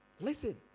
Listen